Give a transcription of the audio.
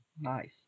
Nice